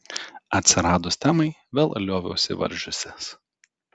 atsiradus temai vėl lioviausi varžiusis